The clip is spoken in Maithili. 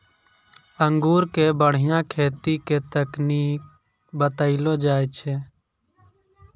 अंगूर के बढ़िया खेती के तकनीक बतइलो जाय छै